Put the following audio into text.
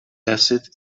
acid